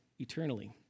eternally